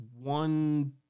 one